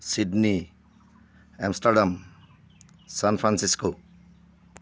Sydney Amsterdam San Francisco